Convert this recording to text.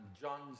John's